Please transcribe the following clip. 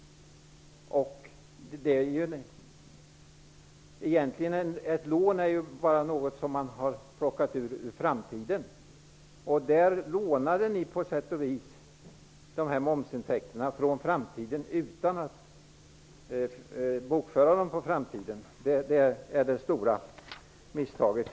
Ett lån är egentligen bara någonting som man har tagit från framtiden. På sätt och vis lånade ni momsintäkterna från framtiden utan att bokföra dem på framtiden. Det var det stora misstaget.